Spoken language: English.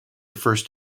first